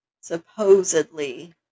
Supposedly